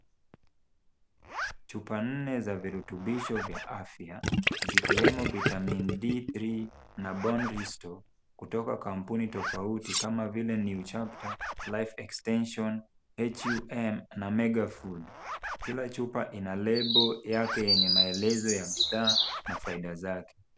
Chupa nne za virutubisho vya afya zikiwemo vitamin D3 na bone restore kutoka kampuni tofauti kama vile, NEW CHAPTER , LIFE EXTENSION, HUM na megaFood. Kila chupa ina lebo yake yenye maelezo ya bidhaa na faida zake.